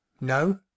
no